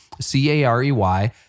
C-A-R-E-Y